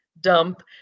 dump